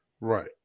Right